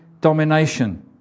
domination